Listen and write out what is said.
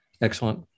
Excellent